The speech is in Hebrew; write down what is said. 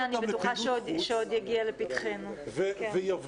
זה אני בטוחה שעוד יגיע לפתחנו, כן.